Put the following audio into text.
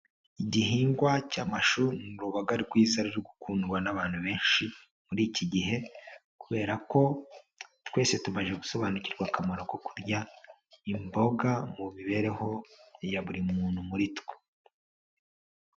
Igihingwa cy'amashu ni uruboga rwiza ruri gukundwa n'abantu benshi muri iki gihe, kubera ko twese tumaze gusobanukirwa akamaro ko kurya imboga mu mibereho ya buri muntu muri twe.